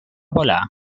volar